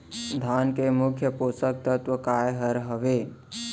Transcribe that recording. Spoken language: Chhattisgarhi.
धान के मुख्य पोसक तत्व काय हर हावे?